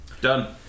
Done